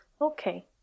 okay